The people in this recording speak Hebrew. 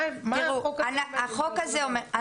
מה החוק הזה אומר?